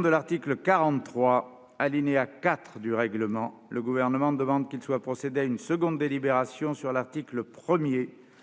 de l'article 43, alinéa 4, du règlement du Sénat, le Gouvernement demande qu'il soit procédé à une seconde délibération de l'article 1.